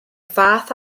fath